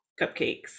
cupcakes